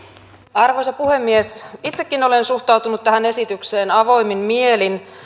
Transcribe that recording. arvoisa puhemies itsekin olen suhtautunut tähän esitykseen avoimin mielin